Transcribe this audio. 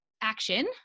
action